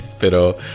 pero